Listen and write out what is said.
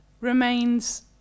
remains